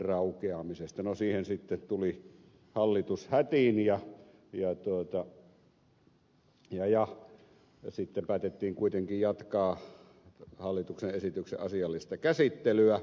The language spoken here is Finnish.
no siihen sitten tuli hallitus hätiin ja sitten päätettiin kuitenkin jatkaa hallituksen esityksen asiallista käsittelyä